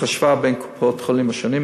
תוך השוואה בין קופות-החולים השונות,